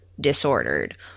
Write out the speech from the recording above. disordered